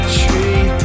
tree